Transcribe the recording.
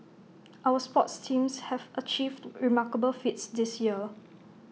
our sports teams have achieved remarkable feats this year